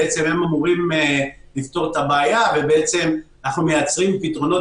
בעצם אמורים לפתור את הבעיה אבל אנחנו מייצרים פתרונות